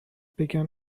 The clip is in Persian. بگن